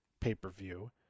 pay-per-view